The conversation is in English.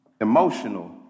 emotional